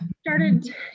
Started